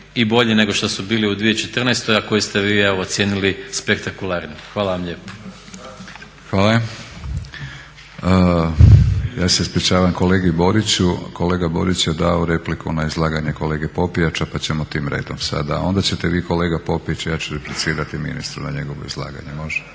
i bolji nego što su bili u 2014., a koji ste vi evo ocijenili spektakularnim. Hvala vam lijepo. **Batinić, Milorad (HNS)** Ja se ispričavam kolegi Boriću, kolega Borić je dao repliku na izlaganje kolege Popijača pa ćemo tim redom sada. Onda ćete vi kolega Popijač, ja ću replicirati ministru na njegovo izlaganje, može?